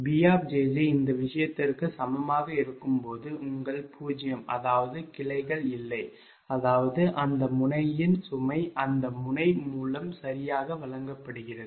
B jj இந்த விஷயத்திற்கு சமமாக இருக்கும் போது உங்கள் 0 அதாவது கிளைகள் இல்லை அதாவது அந்த முனையின் சுமை அந்த முனை மூலம் சரியாக வழங்கப்படுகிறது